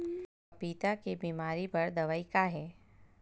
पपीता के बीमारी बर दवाई का हे?